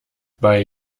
bei